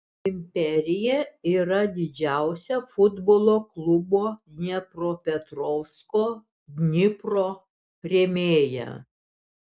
imperija yra didžiausia futbolo klubo dniepropetrovsko dnipro rėmėja